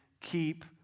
keep